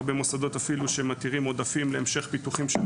הרבה מוסדות אפילו מותירים עודפים להמשך פיתוחם.